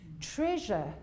Treasure